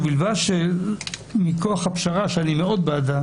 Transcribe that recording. ובלבד שמכוח הפשרה שאני מאוד בעדה